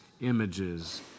images